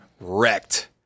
wrecked